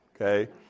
okay